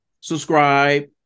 subscribe